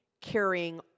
carrying